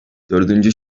dördüncü